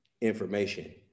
information